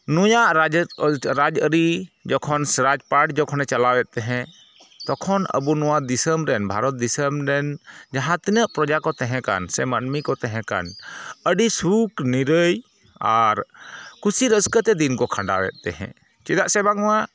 ᱱᱩᱭᱟᱜ ᱨᱟᱡᱽ ᱚᱞ ᱨᱟᱡᱽ ᱟᱹᱨᱤ ᱡᱚᱠᱷᱚᱱ ᱥᱮ ᱨᱟᱡᱽ ᱯᱟᱴᱷ ᱡᱚᱠᱷᱮᱱᱮ ᱪᱟᱞᱟᱣᱮᱫ ᱛᱟᱦᱮᱫ ᱛᱚᱠᱷᱚᱱ ᱟᱵᱚ ᱱᱚᱣᱟ ᱫᱤᱥᱚᱢ ᱨᱮᱱ ᱵᱷᱟᱨᱚᱛ ᱫᱤᱥᱚᱢ ᱨᱮᱱ ᱡᱟᱦᱟᱸ ᱛᱤᱱᱟᱹᱜ ᱯᱨᱚᱡᱟ ᱠᱚ ᱛᱟᱦᱮᱸ ᱠᱟᱱ ᱥᱮ ᱢᱟᱹᱱᱢᱤ ᱠᱚ ᱛᱟᱦᱮᱸ ᱠᱟᱱ ᱟᱹᱰᱤ ᱥᱩᱠ ᱱᱤᱨᱟᱹᱭ ᱟᱨ ᱠᱩᱥᱤ ᱨᱟᱹᱥᱠᱟᱹ ᱛᱮ ᱫᱤᱱ ᱠᱚ ᱠᱷᱟᱸᱰᱟᱣᱮᱫ ᱛᱟᱦᱮᱫ ᱪᱮᱫᱟᱜ ᱥᱮ ᱵᱟᱝᱢᱟ